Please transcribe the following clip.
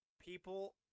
People